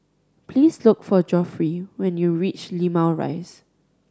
please look for Geoffrey when you reach Limau Rise